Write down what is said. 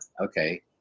okay